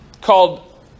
called